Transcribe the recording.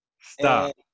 Stop